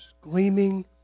gleaming